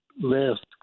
last